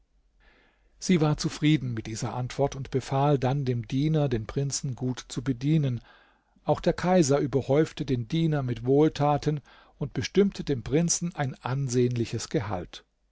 sie war zufrieden mit dieser antwort und befahl dann dem diener den prinzen gut zu bedienen auch der kaiser überhäufte den diener mit wohltaten und bestimmte dem prinzen ein ansehnliches gehalt